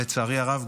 לצערי הרב,